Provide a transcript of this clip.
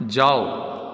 जाउ